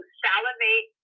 salivate